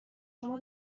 شما